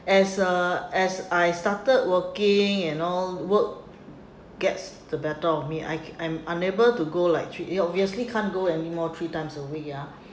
as uh as I started working and all work gets the better of me I c~ I'm unable to go like three eh obviously can't go any more three times a week ya